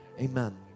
Amen